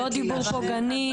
לא דיבור פוגעני,